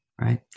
right